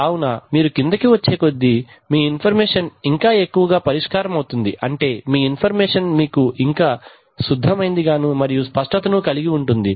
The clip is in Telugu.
కావున మీరు కిందికి వచ్చే కొద్దీ మీ ఇన్ఫర్మేషన్ ఇంకా ఎక్కువగా పరిష్కారమవుతుంది అంటే మీ ఇన్ఫర్మేషన్ ఇంకా శుద్ధమైందిగాను మరియు స్పష్టతను కలిగి ఉంటుంది